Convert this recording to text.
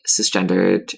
cisgendered